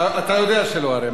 אתה יודע שלא, הרי.